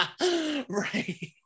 Right